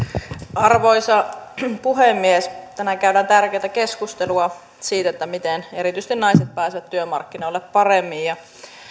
arvoisa puhemies tänään käydään tärkeätä keskustelua siitä miten erityisesti naiset pääsevät työmarkkinoille paremmin ja